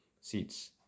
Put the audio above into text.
seats